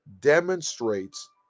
demonstrates